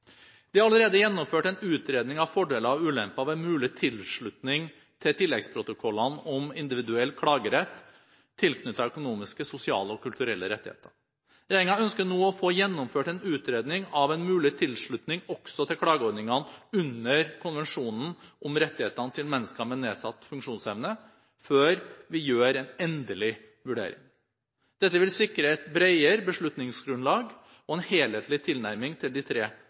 Det er allerede gjennomført en utredning av fordeler og ulemper ved mulig tilslutning til tilleggsprotokollene om individuell klagerett tilknyttet økonomiske, sosiale og kulturelle rettigheter. Regjeringen ønsker nå å få gjennomført en utredning av en mulig tilslutning også til klageordningene under konvensjonen om rettighetene til mennesker med nedsatt funksjonsevne før vi gjør en endelig vurdering. Dette vil sikre et bredere beslutningsgrunnlag og en helhetlig tilnærming til de tre